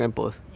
ya